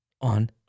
on